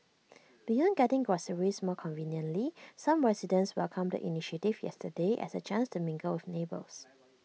beyond getting groceries more conveniently some residents welcomed the initiative yesterday as A chance to mingle with neighbours